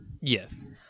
Yes